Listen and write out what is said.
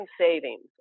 savings